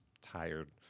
tired